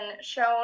shown